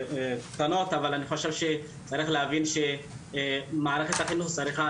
אבל אני חושב שצריך להבין שמערכת החינוך צריכה